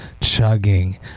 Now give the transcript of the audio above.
chugging